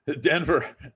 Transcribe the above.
Denver